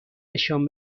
نشان